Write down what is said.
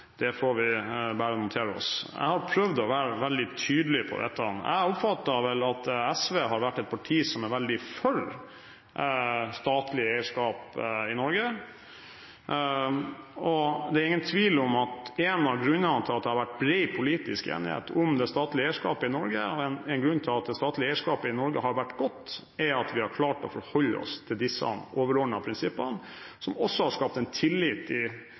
Det får vi bare notere oss. Jeg har prøvd å være veldig tydelig på dette. Jeg oppfatter vel at SV er et parti som har vært veldig for statlig eierskap i Norge. Det er ingen tvil om at en av grunnene til at det har vært bred politisk enighet om det statlige eierskapet i Norge, og en grunn til at det statlige eierskapet i Norge har vært godt, er at vi har klart å forholde oss til disse overordnede prinsippene, som også har skapt en tillit i